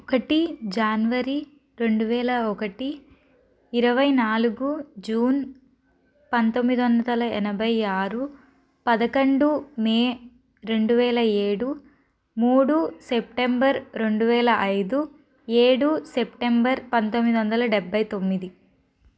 ఒకటి జనవరి రెండువేల ఒకటి ఇరవై నాలుగు జూన్ పంతొమ్మిది వందల ఎనభై ఆరు పదకొండు మే రెండువేల ఏడు మూడు సెప్టెంబర్ రెండువేల ఐదు ఏడు సెప్టెంబర్ పంతొమ్మిది వందల డెబ్భై తొమ్మిది